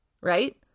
Right